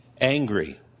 angry